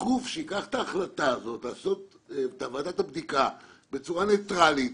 שייקח את ההחלטה לעשות את ועדת הבדיקה בצורה ניטרלית.